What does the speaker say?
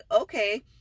okay